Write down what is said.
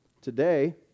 Today